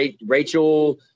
Rachel